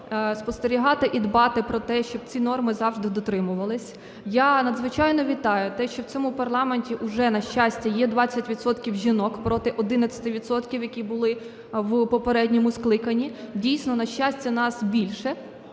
спостерігати і дбати про те, щоб ці норми завжди дотримувалися. Я надзвичайно вітаю те, що в цьому парламенті уже, на щастя, є 20 відсотків жінок проти 11 відсотків, які були в попередньому скликанні. Дійсно, на щастя, нас більше.